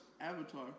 Avatar